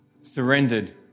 Surrendered